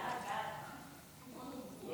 סעיפים 1 13 נתקבלו.